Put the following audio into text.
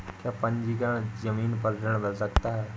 क्या पंजीकरण ज़मीन पर ऋण मिल सकता है?